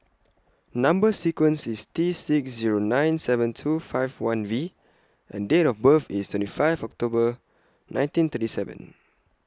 Number sequence IS T six Zero nine seven two five one V and Date of birth IS twenty five October nineteen thirty seven